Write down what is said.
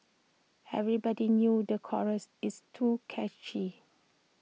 everybody knew the chorus it's too catchy